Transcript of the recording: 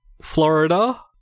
Florida